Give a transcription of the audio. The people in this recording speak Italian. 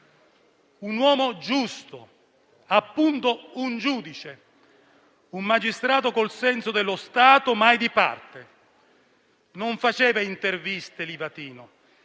Un uomo giusto, appunto un giudice, un magistrato col senso dello Stato, mai di parte. Non faceva interviste, Livatino;